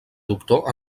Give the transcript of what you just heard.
doctor